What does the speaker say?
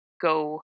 go